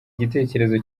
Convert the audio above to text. igitekerezo